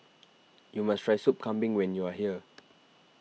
you must try Sup Kambing when you are here